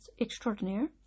extraordinaire